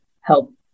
help